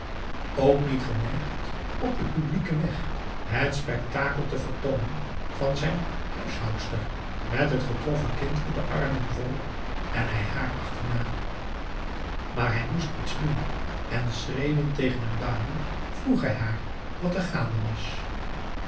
ook niet geneigd op den publieken weg het spektakel te vertoonen van zijn huishoud aum boe akar eel met het getroffen kind in de armen voorop en hij haar achterna maar hij moest iets doen en schreeuwend tegen een baboe vroeg hij haar wat er gaande was